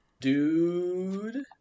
Dude